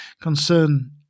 Concern